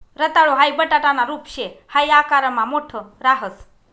रताळू हाई बटाटाना रूप शे हाई आकारमा मोठ राहस